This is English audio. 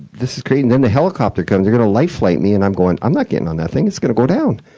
this is crazy and then the helicopter comes, they're gonna lifeflight me and i'm going, i'm not getting on that thing, it's gonna go down!